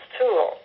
tool